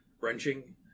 wrenching